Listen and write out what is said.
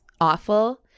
awful